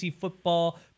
football